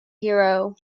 hero